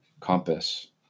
compass